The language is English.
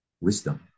wisdom